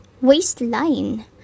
waistline